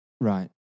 Right